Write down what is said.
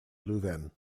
leuven